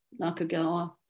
Nakagawa